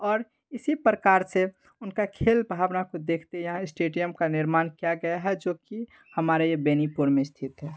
और इसी प्रकार से उनकी खेल भावना को देखते यह स्टेडियम का निर्माण किया गया है जो कि हमारे ये बेनीपुर में स्थित है